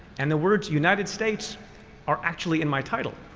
and the words united states are actually in my title.